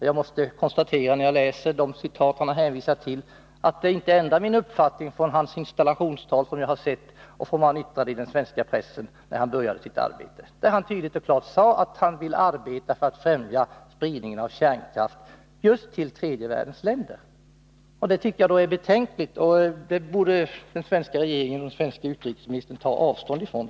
Jag måste konstatera, när jag läser de citat han har hänvisat till, att det inte ändrar min uppfattning i fråga om hans installationstal och hans uttalande i den svenska pressen då han började sitt arbete. Där sade han tydligt och klart att han vill arbeta för att främja spridningen av kärnkraft just till tredje världens länder. Detta tycker jag är betänkligt, och det borde den svenska regeringen och den svenske utrikesministern ta avstånd ifrån.